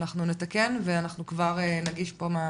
אנחנו נתקן ואנחנו כבר נגיש פה,